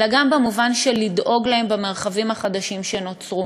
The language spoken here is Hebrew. אלא גם במובן של לדאוג להם במרחבים החדשים שנוצרו,